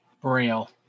braille